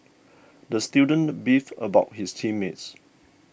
the student beefed about his team mates